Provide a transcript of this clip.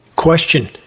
Question